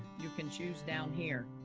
you can choose down here,